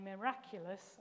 miraculous